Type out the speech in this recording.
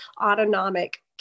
autonomic